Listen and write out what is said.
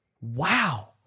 wow